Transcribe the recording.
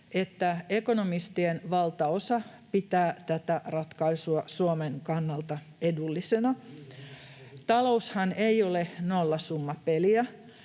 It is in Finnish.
että ekonomistien valtaosa pitää tätä ratkaisua Suomen kannalta edullisena. [Toimi Kankaanniemi: